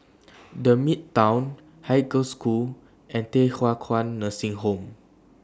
The Midtown Haig Girls' School and Thye Hua Kwan Nursing Home